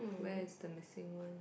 where is the missing one